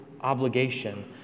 obligation